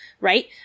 right